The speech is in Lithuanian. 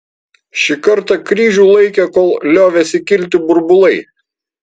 šį kartą kryžių laikė kol liovėsi kilti burbulai